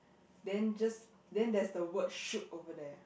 then just then there's the word shoot over there